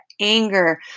anger